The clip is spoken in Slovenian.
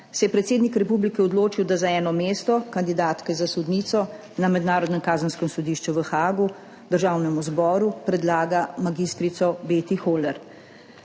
se je predsednik republike odločil, da za eno mesto kandidatke za sodnico na Mednarodnem kazenskem sodišču v Haagu Državnemu zboru predlaga mag. Beti Hohler.